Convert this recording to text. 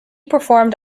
performed